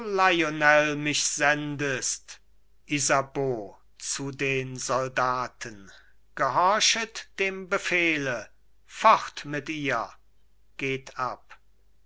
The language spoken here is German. sendest isabeau zu den soldaten gehorchet dem befehle fort mit ihr geht ab